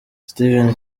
steven